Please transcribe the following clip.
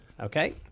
Okay